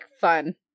fun